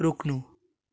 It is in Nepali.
रोक्नु